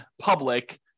public